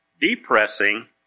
depressing